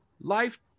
life